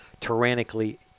tyrannically